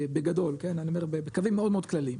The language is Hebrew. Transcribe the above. בגדול כן אני אומר בקווים מאוד כללים,